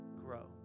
grow